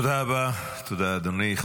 תודה, אדוני.